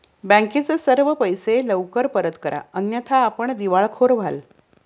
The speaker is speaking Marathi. बँकेचे सर्व पैसे लवकर परत करा अन्यथा आपण दिवाळखोर व्हाल